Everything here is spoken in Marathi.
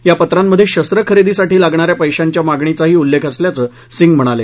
या पत्रांमध्ये शस्त्र खरेदीसाठी लागणा या पैशांच्या मागणीचाही उल्लेख असल्याचं सिंग म्हणाले